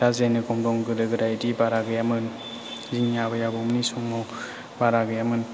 दा जेर'खम दं गोदो गोदाय बेदि बारा गैयामोन जोंनि आबै आबौमोननि समाव बारा गैयामोन